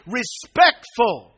respectful